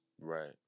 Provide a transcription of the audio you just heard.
Right